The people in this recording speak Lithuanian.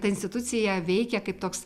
ta institucija veikė kaip toks